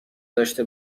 داشته